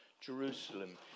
Jerusalem